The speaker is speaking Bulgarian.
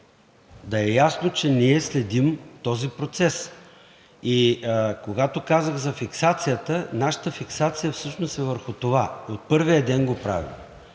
да е ясно, че ние следим този процес. Когато казах за фиксацията, нашата фиксация е всъщност върху това, от първия ден го правим